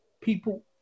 people